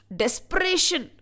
desperation